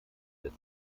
des